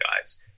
guys